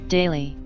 Daily